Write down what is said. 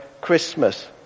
Christmas